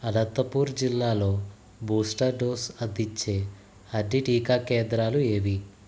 అనంతపూర్ జిల్లాలో booster dose అందించే అన్ని టీకా కేంద్రాలు ఏవి